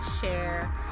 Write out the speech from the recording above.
share